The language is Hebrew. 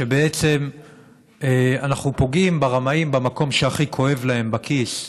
שבעצם אנחנו פוגעים ברמאים במקום שהכי כואב להם: בכיס.